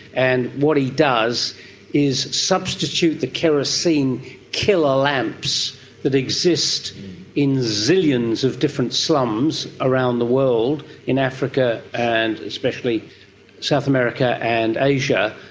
and what he does is substitute the kerosene killer lamps that exist in zillions of different slums around the world in africa and especially south america and asia,